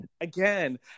again